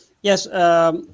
Yes